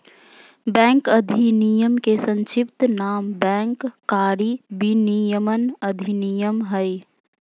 bank अधिनयम के संक्षिप्त नाम बैंक कारी विनयमन अधिनयम हइ